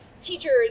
teachers